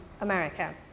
America